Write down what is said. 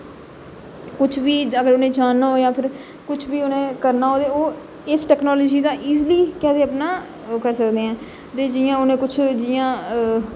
कुछ बी अगर उनेंगी जानना होया जां फिर कुछ बी उनें करना होग ते ओह् इस टैक्नोलाॅजी दा ईजली केह् आक्खदे आपना ओह् करी सकने हा ते जियां उनें कुछ जियां